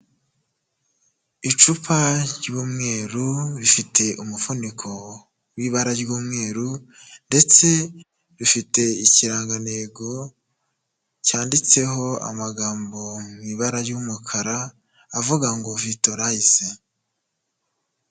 Icupa ry'umweru rifite umufuniko w'ibara ry'umweru ndetse rifite ikirangantego cyanditseho amagambo mu ibara ry'umukara avuga ngo vitorayize.